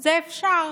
זה אפשר,